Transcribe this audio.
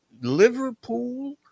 Liverpool